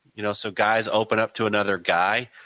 you know. so guys open up to another guy.